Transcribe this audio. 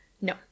No